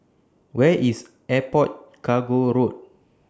Where IS Airport Cargo Road